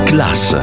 Class